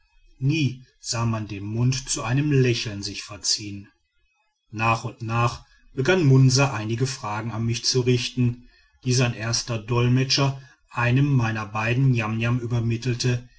nie sah man den mund zu einem lächeln sich verziehen nach und nach begann munsa einige fragen an mich zu richten die sein erster dolmetsch einem meiner beiden niamniam übermittelte